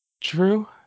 True